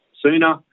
sooner